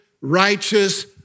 righteous